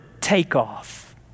takeoff